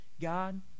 God